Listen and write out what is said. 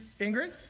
Ingrid